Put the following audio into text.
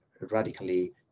radically